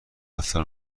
افطار